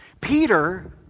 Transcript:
Peter